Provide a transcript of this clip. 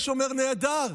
האיש אומר: נהדר.